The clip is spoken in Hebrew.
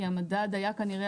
כי המדד היה כנראה,